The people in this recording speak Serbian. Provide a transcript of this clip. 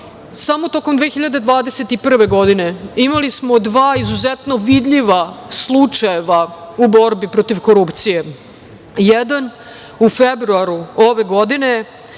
samo tokom 2021. godine imali smo dva izuzetno vidljiva slučajeva u borbi protiv korupcije. Jedan u februaru ove godine,